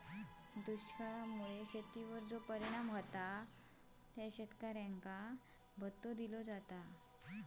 दुष्काळा मुळे शेतीवर परिणाम झालेल्या शेतकऱ्यांका भत्तो दिलो जाता